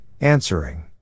answering